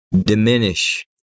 diminish